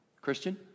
Christian